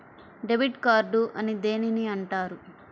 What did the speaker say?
Debit card అని దేనిని అంటారు?